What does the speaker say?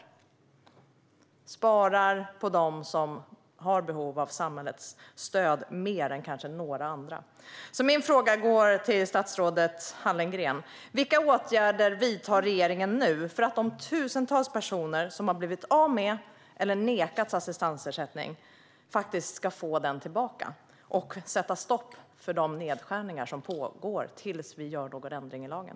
Man sparar på dem som kanske mer än några andra har behov av samhällets stöd. Min fråga går till statsrådet Hallengren. Vilka åtgärder vidtar regeringen nu för att de tusentals personer som har blivit av med eller nekats assistansersättning faktiskt ska få den? Och hur ska regeringen sätta stopp för de nedskärningar som pågår tills vi gör någon ändring i lagen?